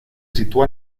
sitúa